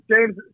James